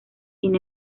sin